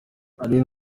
aline